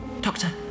Doctor